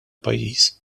pajjiż